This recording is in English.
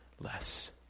less